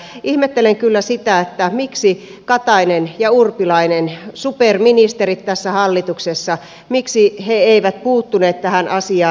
ihmettelen kyllä sitä miksi katainen ja urpilainen superministerit tässä hallituksessa eivät puuttuneet tähän asiaan